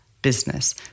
Business